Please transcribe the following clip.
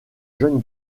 jeune